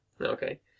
Okay